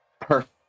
Perfect